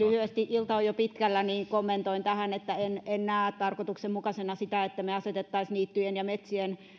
ilta on jo pitkällä joten lyhyesti kommentoin tähän en en näe tarkoituksenmukaisena että me asettaisimme niittyjen ja metsien